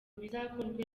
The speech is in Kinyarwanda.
bizakorwa